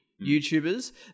YouTubers